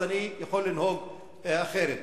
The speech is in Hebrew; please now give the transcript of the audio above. אז אני יכול לנהוג אחרת.